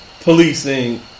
policing